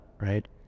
right